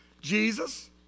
Jesus